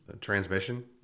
transmission